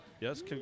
yes